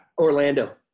Orlando